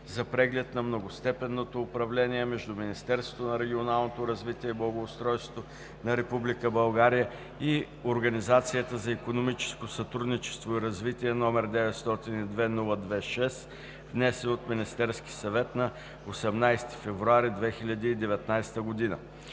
за преглед на многостепенното управление между Министерството на регионалното развитие и благоустройството на Република България и Организацията за икономическо сътрудничество и развитие, № 902-02-6, внесен от Министерския съвет на 18 февруари 2019 г.